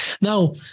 Now